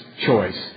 choice